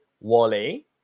Wally